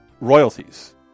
royalties